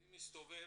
אני מסתובב,